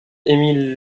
émile